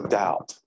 doubt